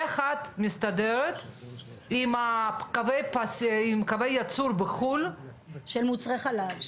איך את מסתדרת עם קווי הייצור בחו"ל של מוצרי חלב,